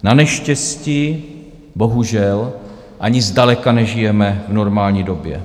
Naneštěstí bohužel ani zdaleka nežijeme v normální době.